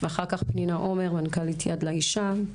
ואחר כך פנינה עומר מנכ"לית יד לאישה.